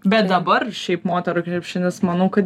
bet dabar šiaip moterų krepšinis manau kad